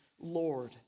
Lord